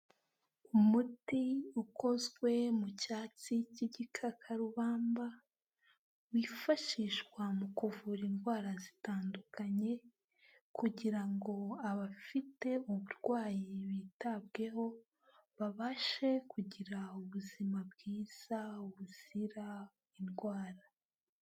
Umuti ukozwe mu cyatsi cy'igikakarubamba, wifashishwa mu kuvura indwara zitandukanye, kugira ngo abafite uburwayi bitabweho, babashe kugira ubuzima bwiza buzira indwara.